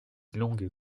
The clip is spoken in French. longue